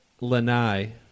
lanai